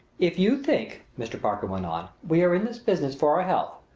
if you think, mr. parker went on, we are in this business for our health,